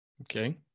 Okay